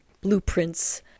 blueprints